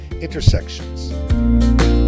intersections